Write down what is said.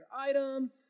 item